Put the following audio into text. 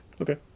okay